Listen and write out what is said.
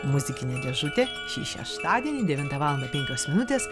muzikinė dėžutė šį šeštadienį devintą valandą penkios minutės